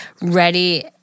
ready